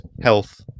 health